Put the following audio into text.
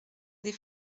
des